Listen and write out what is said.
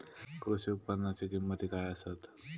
कृषी उपकरणाची किमती काय आसत?